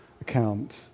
account